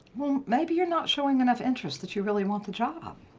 well, maybe you're not showing enough interest that you really want the job.